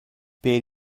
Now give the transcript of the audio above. per